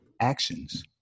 actions